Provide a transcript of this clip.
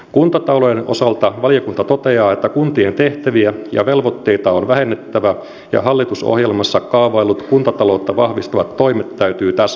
kuntatalouden osalta valiokunta toteaa että kuntien tehtäviä ja velvoitteita on vähennettävä ja hallitusohjelmassa kaavaillut kuntataloutta vahvistavat toimet täytyy täsmentää